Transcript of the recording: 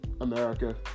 America